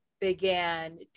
began